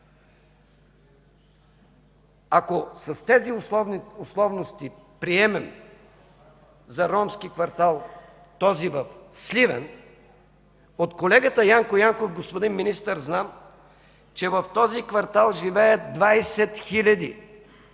Ако с тези условности приемем за ромски квартал този в Сливен, от колегата Янко Янков, господин Министър, знам, че в този квартал живеят 20 хиляди